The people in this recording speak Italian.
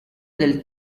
del